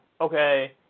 okay